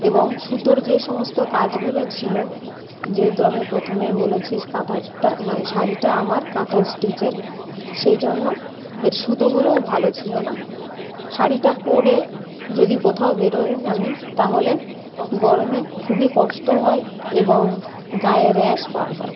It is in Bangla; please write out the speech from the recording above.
এবং সুতোর যে সমস্ত কাজগুলো ছিলো যেহেতু আমি প্রথমেই বলেছি কাঁথারটা মানে শাড়িটা আমার কাঁথা স্টিচের সেই জন্য এর সুতোগুলোও ভালো ছিলো না শাড়িটা পরে যদি কোথাও বেরোই আমি তাহলে গরমে খুবই কষ্ট হয় এবং গায়ে র্যাশ বার হয়